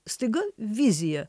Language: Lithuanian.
staiga vizija